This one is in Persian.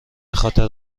خاطر